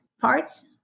parts